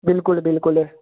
ਬਿਲਕੁਲ ਬਿਲਕੁਲ